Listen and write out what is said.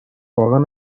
واقعا